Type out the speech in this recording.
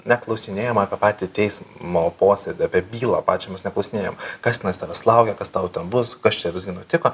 neklausinėjam apie patį teismo posėdį apie bylą pačią mūsų neklausinėjam kas tenais tavęs laukia kas tau ten bus kas čia visgi nutiko